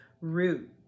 root